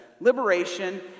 liberation